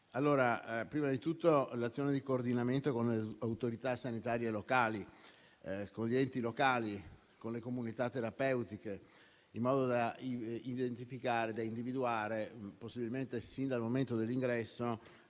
generale. Prima di tutto, occorre un'azione di coordinamento con le autorità sanitarie locali, con gli enti locali, con le comunità terapeutiche, in modo da individuare, possibilmente sin dal momento dell'ingresso,